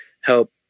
help